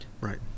right